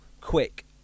quick